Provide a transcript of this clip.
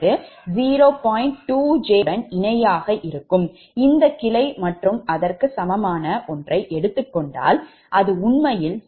2 உடன் இணையாக இருக்கும் இந்த கிளை மற்றும் அதற்கு சமமான 1 ஐ எடுத்துக் கொண்டால் இது உண்மையில் 0